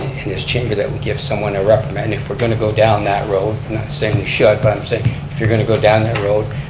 chamber that we give someone a reprimand. if we're going to go down that road, not saying we should, but i'm saying if you're going to go down that road,